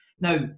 Now